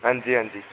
हां जी हां जी